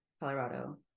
Colorado